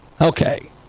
Okay